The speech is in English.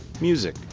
music